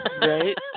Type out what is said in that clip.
Right